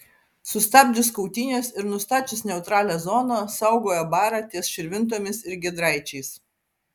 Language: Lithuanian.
sustabdžius kautynes ir nustačius neutralią zoną saugojo barą ties širvintomis ir giedraičiais